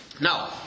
Now